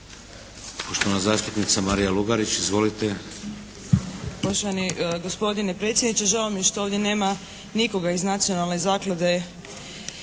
Poštovana zastupnica Marija Lugarić. Izvolite.